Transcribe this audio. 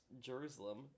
Jerusalem